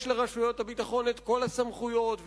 יש לרשויות הביטחון כל הסמכויות,